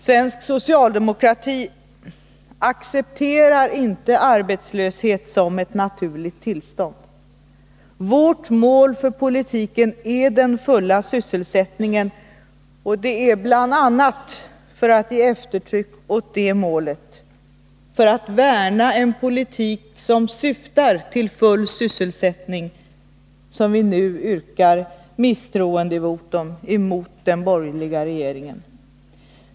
Svensk socialdemokrati accepterar inte arbetslöshet som ett naturligt tillstånd. Vårt mål för politiken är den fulla sysselsättningen. Och det är bl.a. för att ge eftertryck åt det målet, för att värna en politik som syftar till full sysselsättning, som vi nu yrkar misstroendevotum mot den borgerliga regeringen.